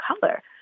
color